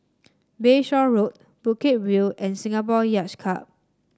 Bayshore Road Bukit View and Singapore Yacht Club